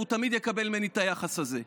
והוא תמיד יקבל ממני את היחס הזה.